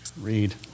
read